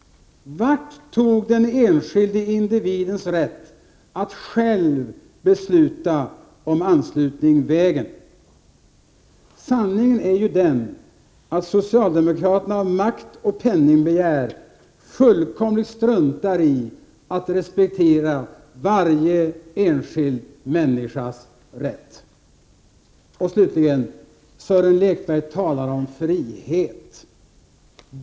Vart tog den enskilde individens rätt att själv besluta om anslutning vägen? Sanningen är ju den att socialdemokraterna av maktoch penningbegär fullkomligt struntar i att respektera varje enskild människas rätt. Och slutligen: Sören Lekberg talar om frihet.